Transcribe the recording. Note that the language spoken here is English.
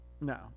no